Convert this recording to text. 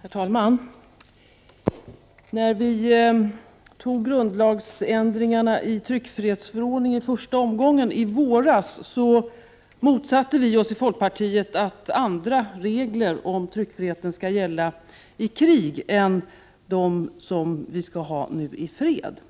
Herr talman! När vi i våras för första gången antog grundlagsändringarna i tryckfrihetsförordningen motsatte sig folkpartiet att andra regler för tryckfriheten skulle gälla i krig än i fred.